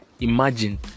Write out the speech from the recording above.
Imagine